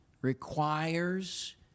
requires